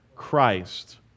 Christ